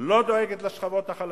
לא דואגת לשכבות החלשות.